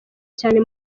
cyane